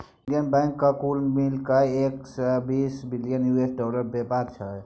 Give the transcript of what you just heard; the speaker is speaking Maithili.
इंडियन बैंकक कुल मिला कए एक सय बीस बिलियन यु.एस डालरक बेपार छै